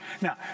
Now